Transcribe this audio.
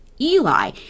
Eli